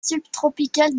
subtropicales